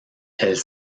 elle